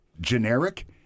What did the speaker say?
Generic